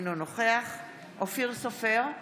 אינו נוכח אופיר סופר,